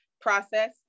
process